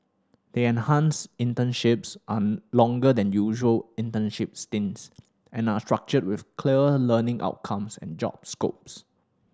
the enhanced internships are longer than usual internship stints and are structured with clear learning outcomes and job scopes